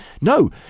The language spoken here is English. no